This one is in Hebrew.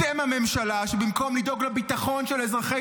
אתם הממשלה שבמקום לדאוג לביטחון של אזרחי